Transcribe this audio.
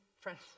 friends